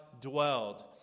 dwelled